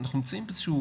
אנחנו נמצאים באיזה שהוא